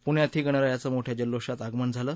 पृण्यातही गणरायाचं मोठ्या जल्लोषात आगमन झालं